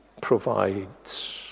provides